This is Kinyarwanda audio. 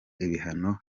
ibihano